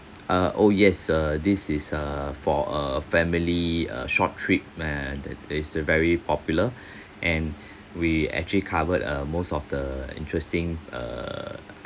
uh oh yes uh this is uh for a family a short trip eh it's a very popular and we actually covered uh most of the interesting err